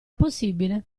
possibile